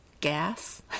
gas